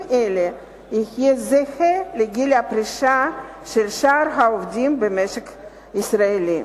אלה יהיה זהה לגיל הפרישה של שאר העובדים במשק הישראלי.